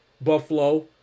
Buffalo